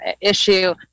issue